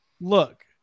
look